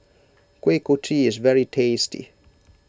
Kuih Kochi is very tasty